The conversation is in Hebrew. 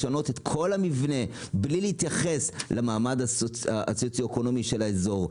לשנות את כל המבנה בלי להתייחס למעמד הסוציו אקונומי של האזור,